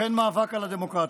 אכן מאבק על הדמוקרטיה.